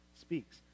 speaks